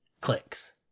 clicks